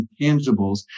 intangibles